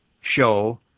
show